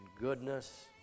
goodness